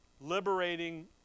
liberating